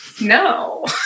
no